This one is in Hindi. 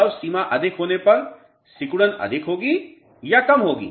द्रव सीमा अधिक होने पर सिकुड़न अधिक होगी या कम होगी